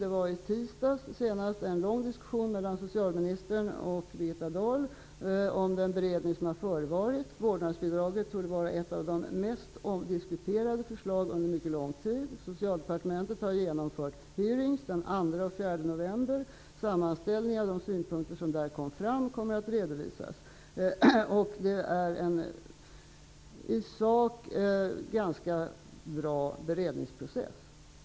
I tisdag var det senast en lång diskussion mellan socialministern och Birgitta Dahl om den beredning som har förevarit. Förslaget om vårdnadsbidraget torde vara ett av de mest omdiskuterade förslagen under mycket lång tid. Socialdepartementet har genomfört hearingar den 2 och 4 november. Sammanställningar av de synpunkter som där kom fram kommer att redovisas. Det är en i sak ganska bra beredningsprocess.